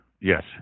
Yes